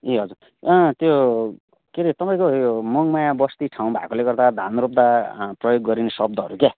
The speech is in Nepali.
ए हजुर त्यो के अरे तपाईँको यो मनमाया बस्ती ठाउँ भएकोले गर्दा धान रोप्दा प्रयोग गरिने शब्दहरू क्या